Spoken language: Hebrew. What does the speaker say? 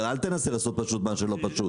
אל תנסה לעשות פשוט מה שלא פשוט.